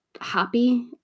happy